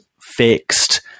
fixed